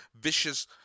vicious